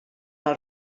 els